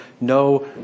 no